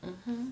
mmhmm